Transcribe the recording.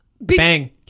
bang